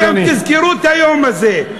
ואתם תזכרו את היום הזה,